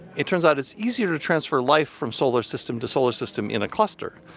it turns out it's easier to transfer life from solar system to solar system in a cluster.